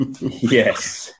yes